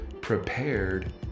prepared